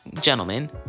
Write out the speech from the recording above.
gentlemen